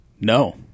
No